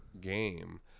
game